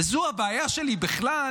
וזו הבעיה שלי בכלל,